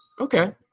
Okay